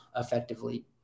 effectively